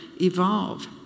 evolve